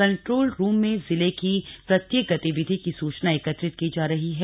control room में जिले की प्रत्येक गतिविधि की सूचना एकत्रित की जा रही है